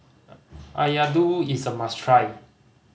ayaddu is a must try